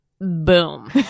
boom